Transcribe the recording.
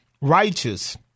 righteous